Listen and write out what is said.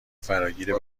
فراگیر